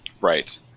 right